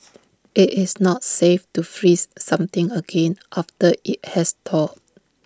IT is not safe to freeze something again after IT has thawed